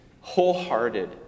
wholehearted